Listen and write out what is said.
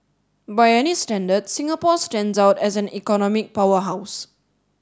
by any standard Singapore stands out as an economic powerhouse